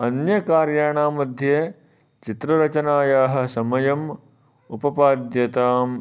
अन्यकार्याणां मध्ये चित्ररचनायाः समयम् उपपद्यताम्